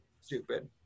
stupid